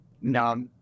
No